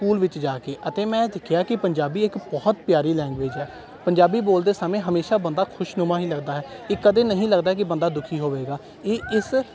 school ਵਿੱਚ ਜਾ ਕੇ ਅਤੇ ਮੈਂ ਸਿੱਖਿਆ ਕਿ ਪੰਜਾਬੀ ਇੱਕ ਬਹੁਤ ਪਿਆਰੀ ਲੈਂਗੂਏਜ ਹੈ ਪੰਜਾਬੀ ਬੋਲਦੇ ਸਮੇਂ ਹਮੇਸ਼ਾ ਬੰਦਾ ਖੁਸ਼ਨੁਮਾ ਹੀ ਲੱਗਦਾ ਹੈ ਇਹ ਕਦੇ ਨਹੀਂ ਲੱਗਦਾ ਕਿ ਬੰਦਾ ਦੁਖੀ ਹੋਵੇਗਾ ਇਹ ਇਸ